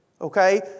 Okay